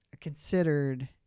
considered